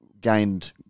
gained